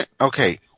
Okay